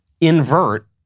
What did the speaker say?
invert